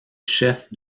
chef